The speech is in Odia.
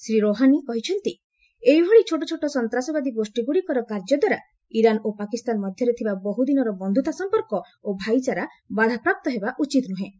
ଶ୍ରୀ ରୌହାନୀ କହିଛନ୍ତି ଏଭଳି ଛୋଟ ଛୋଟ ସନ୍ତାସବାଦୀ ଗୋଷ୍ଠୀଗୁଡ଼ିକର କାର୍ଯ୍ୟ ଦ୍ୱାରା ଇରାନ ଓ ପାକିସ୍ତାନ ମଧ୍ୟରେ ଥିବା ବହୁଦିନର ବନ୍ଧୁତା ସମ୍ପର୍କ ଓ ଭାଇଚାରା ବାଧାପ୍ରାପ୍ତ ହେବା ଉଚିତ୍ ନୁହେଁ